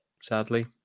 Sadly